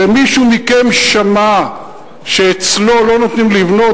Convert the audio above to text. ומישהו מכם שמע שאצלו לא נותנים לבנות,